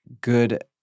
good